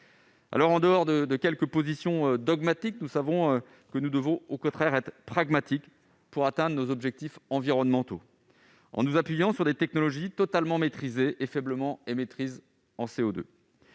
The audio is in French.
Alors, faisant fi de quelques positions dogmatiques, nous devons être pragmatiques pour atteindre nos objectifs environnementaux, en nous appuyant sur des technologies totalement maîtrisées et faiblement émettrices de CO2.